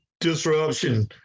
disruption